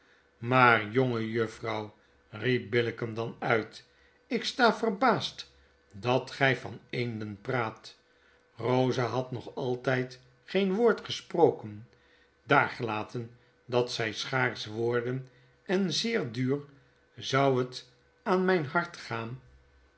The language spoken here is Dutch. maar jongejuffrouw riep billicken dan uit ik sta verbaasd dat gy van eenden praat eosa had nog altijd geen woord gesproken daargelaten dat zy schaars worden en zeer duur zou het mij aan myn hart gaan